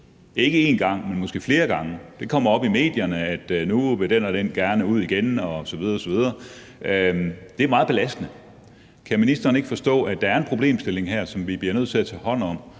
ikke én gang, men måske flere gange, hvor det kommer op i medierne, at nu vil den og den gerne ud igen osv. osv. Det er meget belastende. Kan ministeren ikke forstå, at der er en problemstilling her, som vi bliver nødt til at tage hånd om?